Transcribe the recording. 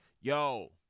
Yo